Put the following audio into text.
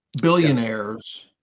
billionaires